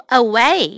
away